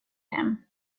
him